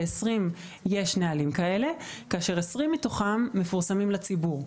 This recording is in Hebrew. ל-20 יש נהלים כאלה כאשר 10 מתוכם מפורסמים לציבור.